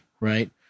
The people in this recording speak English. right